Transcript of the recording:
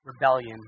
rebellion